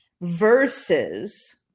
versus